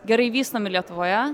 gerai vystomi lietuvoje